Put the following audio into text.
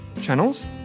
channels